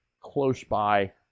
close-by